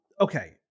okay